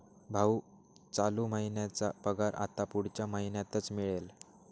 भाऊ, चालू महिन्याचा पगार आता पुढच्या महिन्यातच मिळेल